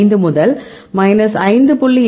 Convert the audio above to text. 5 முதல் மைனஸ் 5